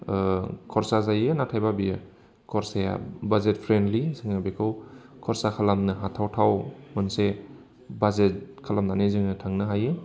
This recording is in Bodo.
खरसा जायो नाथायब्ला बियो खरसाया बाजेट फ्रेन्डलि जोङो बेखौ खरसा खालामनो हाथावथाव मोनसे बाजेट खालामनानै जोङो थांनो हायो